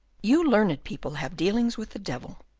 you learned people have dealings with the devil.